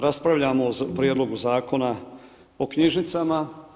Raspravljamo o Prijedlogu zakona o knjižnicama.